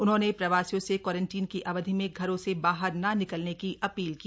उन्होंने प्रवासियों से क्वारंटीन की अवधि में घरों से बाहर न निकलने की अपील की